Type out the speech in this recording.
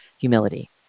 humility